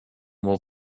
will